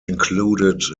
included